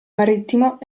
marittimo